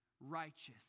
righteous